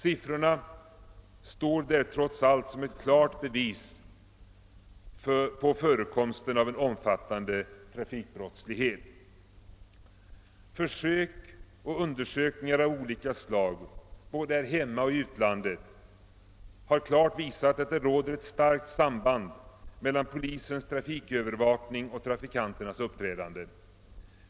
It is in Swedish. Siffrorna står där trots allt som ett klart bevis på förekomsten av en omfattande trafikbrottslighet. Försök och undersökningar av olika slag både här hemma och i utlandet har klart visat att det råder ett starkt samband mellan polisens trafikövervakning och trafikanternas uppträdande.